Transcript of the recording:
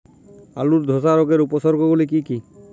আলুর ধসা রোগের উপসর্গগুলি কি কি?